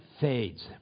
fades